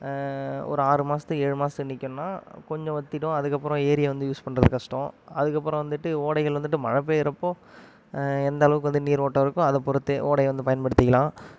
ஒரு ஆறு மாதத்துக்கு ஏழு மாதம் நிற்கணுன்னா கொஞ்சம் வற்றிடும் அதுக்கப்புறம் ஏரியை வந்து யூஸ் பண்ணுறது கஷ்டம் அதுக்கப்புறம் வந்துட்டு ஓடைகள் வந்துட்டு மழை பெய்யுறப்போ எந்த அளவுக்கு வந்து நீர் ஓட்டம் இருக்கோ அதைப் பொறுத்தே ஓடையை வந்து பயன்படுத்திக்கலாம்